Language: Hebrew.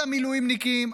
כל המילואימניקים,